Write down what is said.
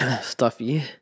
stuffy